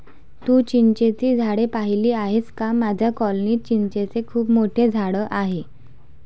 तू चिंचेची झाडे पाहिली आहेस का माझ्या कॉलनीत चिंचेचे खूप मोठे झाड आहे